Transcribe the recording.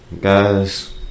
Guys